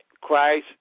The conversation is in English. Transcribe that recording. Christ